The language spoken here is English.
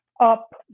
up